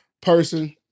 person